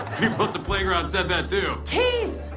but the playground said that too. keith!